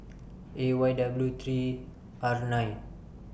A Y W three R nine